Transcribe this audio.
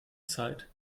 zeit